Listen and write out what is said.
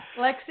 Lexi